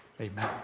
Amen